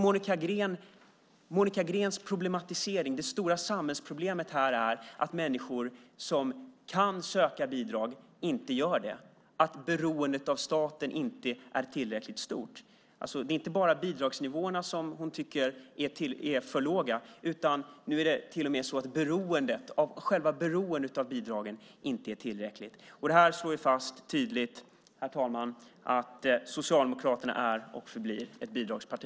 Monica Greens problematisering innebär att det stora samhällsproblemet är att människor som kan söka bidrag inte gör det och att beroendet av staten inte är tillräckligt stort. Det är inte bara bidragsnivåerna som hon tycker är för låga. Nu är det till och med att själva beroendet av bidragen inte är tillräckligt. Herr talman! Detta slår tydligt fast att Socialdemokraterna är och förblir ett bidragsparti.